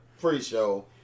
pre-show